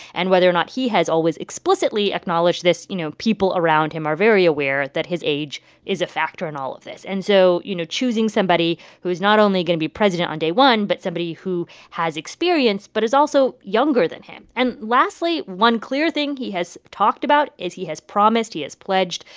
and whether or not he has always explicitly acknowledged this, you know, people around him are very aware that his age is a factor in all of this and so, you know, choosing somebody who is not only going to be president on day one but somebody who has experience but is also younger than him and lastly, one clear thing he has talked about is he has promised, he has pledged,